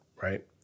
right